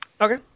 Okay